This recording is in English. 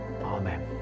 Amen